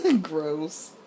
Gross